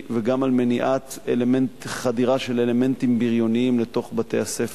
וגם למניעת חדירה של אלמנטים בריוניים לתוך בתי-הספר,